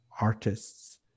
artists